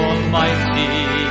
Almighty